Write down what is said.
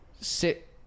Sit